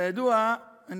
כידוע,